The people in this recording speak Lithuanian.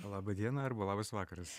laba diena arba labas vakaras